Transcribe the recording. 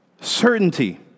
certainty